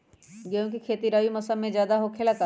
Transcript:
गेंहू के खेती रबी मौसम में ज्यादा होखेला का?